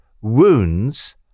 wounds